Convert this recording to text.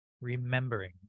remembering